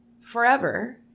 forever